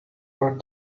but